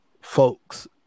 folks